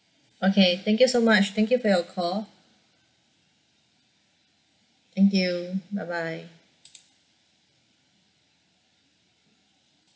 okay thank you so much thank you for your call thank you bye bye